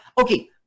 Okay